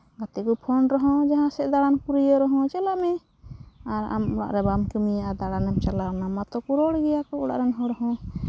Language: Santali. ᱜᱟᱛᱮ ᱠᱚ ᱯᱷᱳᱱ ᱨᱮᱦᱚᱸ ᱡᱟᱦᱟᱸ ᱥᱮᱫ ᱫᱟᱬᱟᱱ ᱠᱚ ᱨᱤᱭᱟᱹᱣ ᱨᱮᱦᱚᱸ ᱪᱟᱞᱟᱜ ᱢᱮ ᱟᱨ ᱚᱲᱟᱜ ᱨᱮ ᱵᱟᱢ ᱠᱟᱹᱢᱤᱭᱟ ᱟᱨ ᱫᱟᱬᱟᱱᱮᱢ ᱪᱟᱞᱟᱜᱼᱟ ᱚᱱᱟ ᱢᱟᱛᱚ ᱠᱚ ᱨᱚᱲ ᱜᱮᱭᱟ ᱠᱚ ᱚᱲᱟᱜ ᱨᱮᱱ ᱦᱚᱲ ᱦᱚᱸ